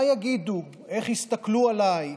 מה יגידו, איך יסתכלו עליי,